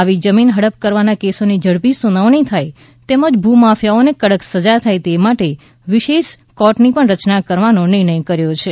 આવી જમીન હડપ કરવાના કેસોની ઝડપી સૂનાવણી થાય તેમજ ભૂમાફિયાઓને કડક સજા થાય તે માટે વિશેષ કોર્ટની પણ રચના કરવાનો નિર્ણય કર્યો છે